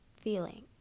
Feeling